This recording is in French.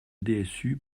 dsu